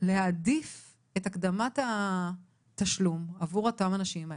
- להעדיף את הקדמת התשלום עבור אותם אנשים.